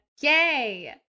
Yay